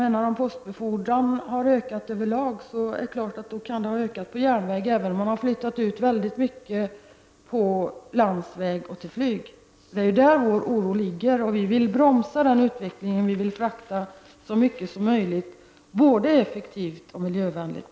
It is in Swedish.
Har postbefordran ökat över lag är det klart att den kan ha ökat också på järnväg, även om man har flyttat ut väldigt mycket till landsvägstransport och till flyg. Det är där vår oro ligger. Vi vill bromsa den utvecklingen. Vi vill frakta så mycket som möjligt både effektivt och miljövänligt.